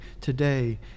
today